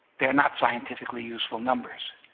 they are not scientifically useful numbers.